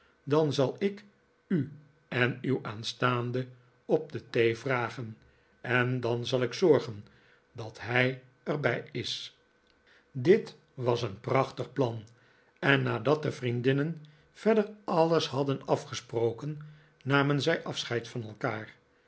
dan zal ik u en uw aanstaande op de thee vragen en dan zal ik zorgen dat hij er bij is dit was een prachtig plan en nadat de vriendinnen verder alles hadden afgesproken namen zij afscheid van elkaar